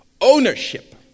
ownership